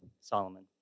Solomon